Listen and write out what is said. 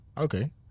Okay